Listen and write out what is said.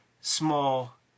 small